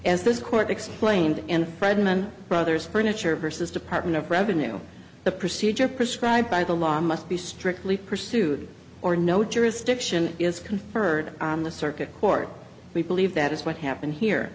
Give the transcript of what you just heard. as this court explained in freidman brothers furniture versus department of revenue the procedure prescribed by the law must be strictly pursued or no jurisdiction is conferred on the circuit court we believe that is what happened here